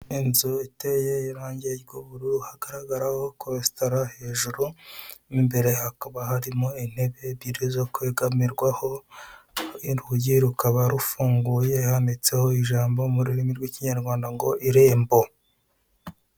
Inzu iteye irange ry'ubururu hakaragaraho kositara hejuru, imbere hakaba hari intebe ebyiri zo kwegamiraho, urugi rukaba rufunguye handitseho ijambo mu rurimi rw'Ikinyarwanda ngo irembo.